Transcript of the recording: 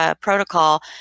protocol